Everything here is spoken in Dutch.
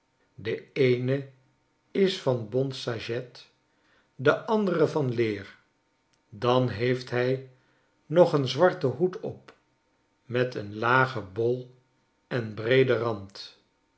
de eene is van bont sajet de andere van leer dan heeft hi nog een zwarten hoed op met een lagen bol en breeden rand